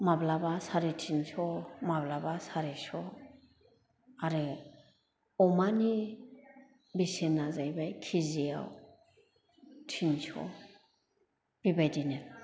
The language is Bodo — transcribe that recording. माब्लाबा साराइ टिनश' माब्लाबा सारिस' आरो अमानि बेसेना जाहैबाय किजिआव टिनस' बेबायदिनो